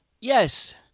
Yes